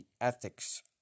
ethics